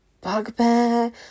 bugbear